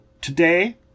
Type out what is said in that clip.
today